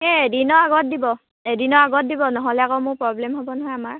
এদিনৰ আগত দিব এদিনৰ আগত দিব নহ'লে আকৌ মোৰ প্ৰব্লেম হ'ব নহয় আমাৰ